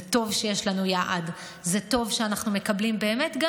זה טוב שיש לנו יעד, זה טוב שאנחנו מקבלים גם,